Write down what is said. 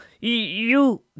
you